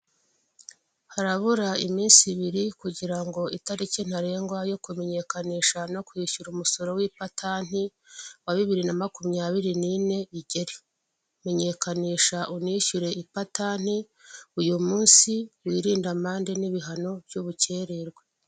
Harabura iminsi ibiri kugira ngo itariki ntarengwa yo kumenyekanisha no kwishyura umusoro w'ipatanti, wa bibiri na makumyabiri nine, igere. Menyekanisha unishyure ipatanti uyu munsi, wirinde amande n'ibihano by'ubukererwe.